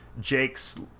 Jake's